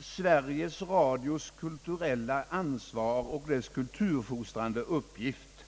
»Sveriges Radios kulturella ansvar och dess kulturfostrande uppgift».